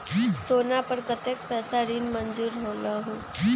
सोना पर कतेक पैसा ऋण मंजूर होलहु?